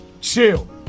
chill